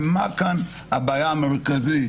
ומה הבעיה המרכזית?